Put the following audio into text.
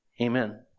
Amen